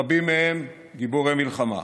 רבים מהם גיבורי מלחמה.